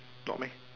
not meh